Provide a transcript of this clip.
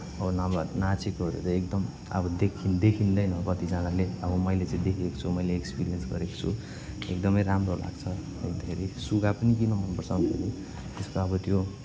अब नभए नाचेकोहरू त एकदम अब देखी देखिन्दैन कतिजनाले अब मैले चाहिँ देखेको छु मैले एक्सिरियन्स गरेको छु एकदमै राम्रो लाग्छ देख्दाखेरि सुगा पनि किन मनपर्छ भन्दाखेरि त्यसको अब त्यो